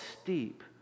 steep